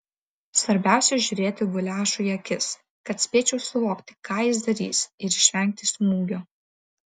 svarbiausia žiūrėti guliašui į akis kad spėčiau suvokti ką jis darys ir išvengti smūgio